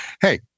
hey